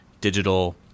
digital